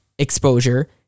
exposure